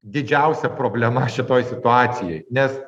didžiausia problema šitoj situacijoj nes